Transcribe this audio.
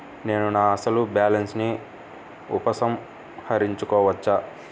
నేను నా అసలు బాలన్స్ ని ఉపసంహరించుకోవచ్చా?